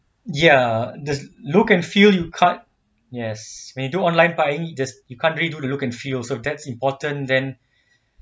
ya the look and feel you can't yes we do online buying you just you can't redo the look and feel so that's important then